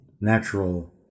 natural